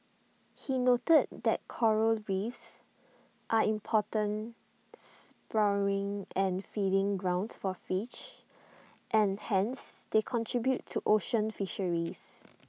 he noted that Coral reefs are important spawning and feeding grounds for fish and hence they contribute to ocean fisheries